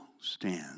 stand